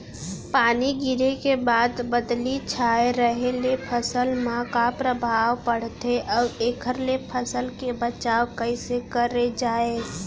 पानी गिरे के बाद बदली छाये रहे ले फसल मा का प्रभाव पड़थे अऊ एखर ले फसल के बचाव कइसे करे जाये?